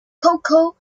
coco